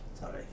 Sorry